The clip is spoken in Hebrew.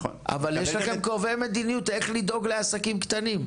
יש לכם קובעי מדיניות של איך לדאוג לעסקים קטנים,